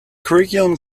curriculum